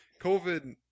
COVID